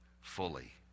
fully